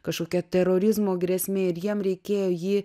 kažkokia terorizmo grėsmė ir jiem reikėjo jį